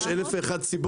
יש לכך אלף ואחת סיבות,